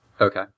okay